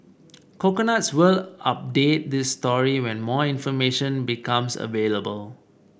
coconuts will update this story when more information becomes available